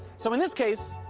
so in this case.